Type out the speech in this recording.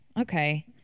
okay